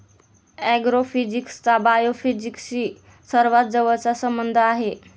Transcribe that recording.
ऍग्रोफिजिक्सचा बायोफिजिक्सशी सर्वात जवळचा संबंध आहे